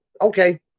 okay